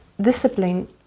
discipline